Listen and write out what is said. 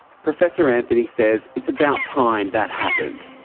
professor anthony says it's about time that happened.